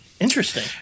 Interesting